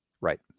Right